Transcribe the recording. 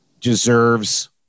deserves